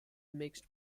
mixed